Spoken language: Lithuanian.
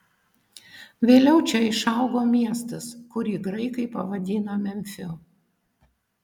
vėliau čia išaugo miestas kurį graikai pavadino memfiu